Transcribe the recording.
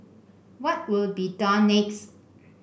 what will be done next